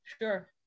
sure